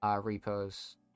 Repos